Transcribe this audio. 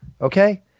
Okay